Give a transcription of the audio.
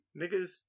Niggas